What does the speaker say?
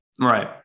right